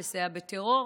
לסייע בטרור,